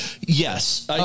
Yes